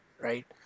right